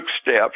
steps